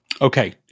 Okay